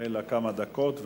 אלא בעוד כמה דקות.